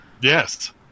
Yes